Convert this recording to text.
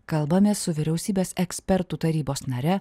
kalbamės su vyriausybės ekspertų tarybos nare